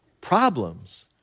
Problems